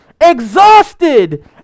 exhausted